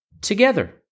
together